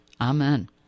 Amen